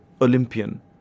Olympian